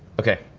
okay,